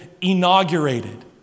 inaugurated